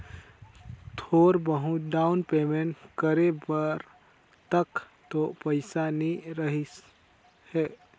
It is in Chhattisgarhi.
थोर बहुत डाउन पेंमेट करे बर तक तो पइसा नइ रहीस हे